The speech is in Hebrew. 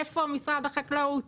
איפה משרד החקלאות,